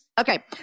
Okay